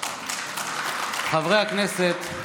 חברי הכנסת,